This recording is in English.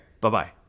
Bye-bye